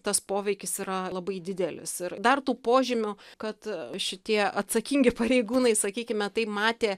tas poveikis yra labai didelis ir dar tų požymių kad šitie atsakingi pareigūnai sakykime tai matė